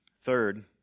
Third